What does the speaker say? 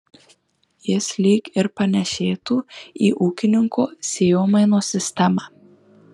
jis lyg ir panėšėtų į ūkininko sėjomainos sistemą